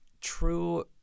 true